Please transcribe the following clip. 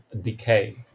Decay